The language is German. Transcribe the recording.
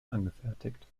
angefertigt